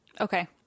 Okay